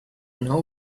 know